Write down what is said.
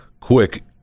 quick